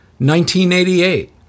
1988